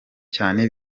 cyane